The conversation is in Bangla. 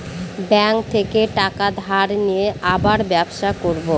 ব্যাঙ্ক থেকে টাকা ধার নিয়ে আবার ব্যবসা করবো